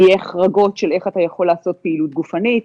יהיו החרגות של איך אתה יכול לעשות פעילות גופנית.